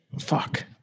Fuck